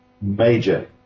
major